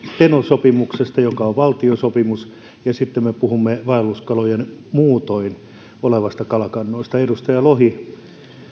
teno sopimuksesta joka on valtiosopimus ja sitten me puhumme vaelluskalojen muutoin olevista kalakannoista edustaja lohi